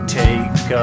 take